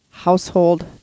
Household